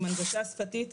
עם הנגשה שפתית.